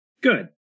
Good